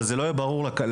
אבל זה לא יהיה ברור לקהל.